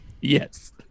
Yes